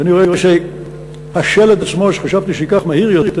ואני רואה שהשלד עצמו, שחשבתי שיהיה מהיר יותר,